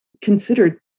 considered